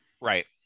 right